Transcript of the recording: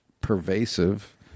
pervasive